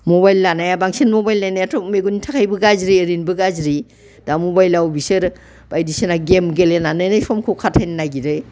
mobile लानाया बांसिन mobile नायनायाथ' मेगननि थाखायबो गाज्रि ओरैनोबो गाज्रि दा मबाइलाव बिसोरो बायदिसिना गेम गेलेनानैनो समखौ खाथायनो नागिरो